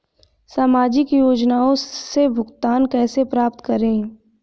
सामाजिक योजनाओं से भुगतान कैसे प्राप्त करें?